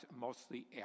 mostly